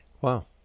Wow